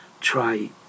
try